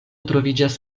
troviĝas